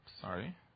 Sorry